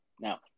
Now